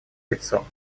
лицо